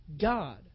God